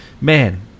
Man